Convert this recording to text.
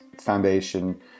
foundation